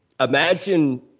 Imagine